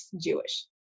Jewish